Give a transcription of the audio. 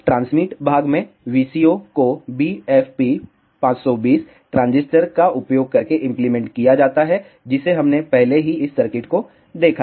transmit भाग में VCO को BFP 520 ट्रांजिस्टर का उपयोग करके इंप्लीमेंट किया जाता है जिसे हमने पहले ही इस सर्किट को देखा है